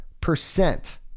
percent